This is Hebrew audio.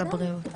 על הבריאות.